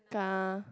ka